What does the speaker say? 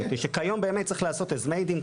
מפני שכיום צריך לעשות As made in ,